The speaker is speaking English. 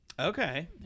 Okay